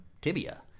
tibia